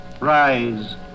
Rise